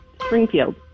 Springfield